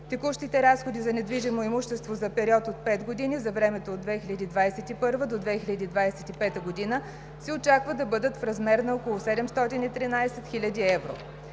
Текущите разходи за недвижимо имущество за период от пет години за времето от 2021-а до 2025 г. се очаква да бъдат в размер на около 713 хил. евро.